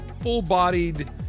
full-bodied